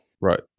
Right